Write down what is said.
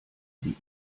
sie